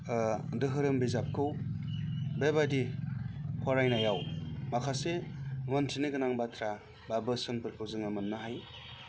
धोरोम बिजाबखौ बेबायदि फरायनायाव माखासे मोनथिनो गोनां बाथ्रा बा बोसोनफोरखौ मोननो हायो